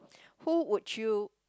who would you